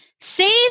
Save